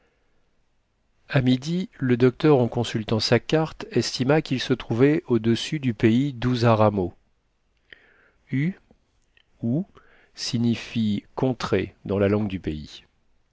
a midi le docteur en consultant sa carte estima qu'il se trouvait au-dessus du pays d'uzaramo u ou signifient contrée dans la langue du pays